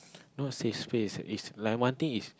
not save space like one thing is